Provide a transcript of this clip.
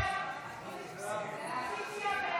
הצעת סיעות